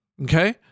okay